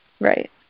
Right